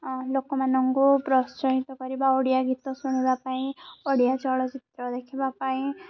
ଲୋକମାନଙ୍କୁ ପ୍ରୋତ୍ସାହିତ କରିବା ଓଡ଼ିଆ ଗୀତ ଶୁଣିବା ପାଇଁ ଓଡ଼ିଆ ଚଳଚ୍ଚିତ୍ର ଦେଖିବା ପାଇଁ